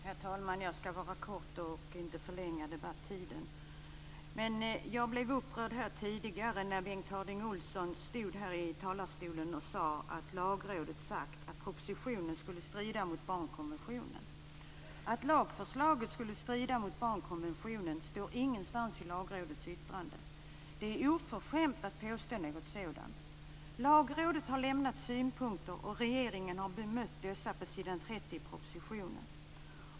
Herr talman! Jag skall vara kort och inte förlänga debatten. Jag blev upprörd när Bengt Harding Olson tidigare här sade att Lagrådet hade uttalat att propositionen stred mot barnkonventionen. Det står ingenstans i Lagrådets yttrande att lagförslaget strider mot barnkonventionen. Det är oförskämt att påstå något sådant. Lagrådet har lämnat synpunkter och regeringen har bemött dessa på s. 30 i propositionen.